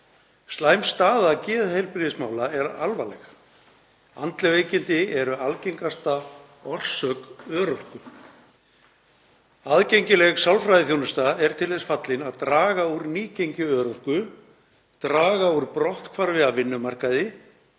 Slæm staða geðheilbrigðismála er alvarleg. Andleg veikindi eru algengasta orsök örorku. Aðgengileg sálfræðiþjónusta er til þess fallin að draga úr nýgengi örorku, draga úr brotthvarfi af vinnumarkaði